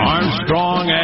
Armstrong